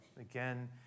Again